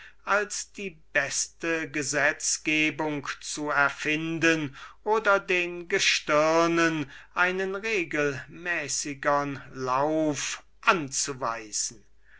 als die beste gesetzgebung zu erfinden oder den gestirnen einen regelmäßigern lauf anzuweisen